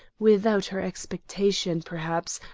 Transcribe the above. without her expectation, perhaps,